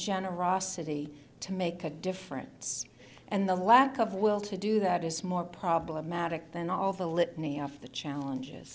generosity to make a difference and the lack of will to do that is more problematic than all the litany of the challenges